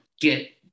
get